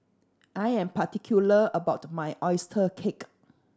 I am particular about my oyster cake